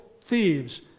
thieves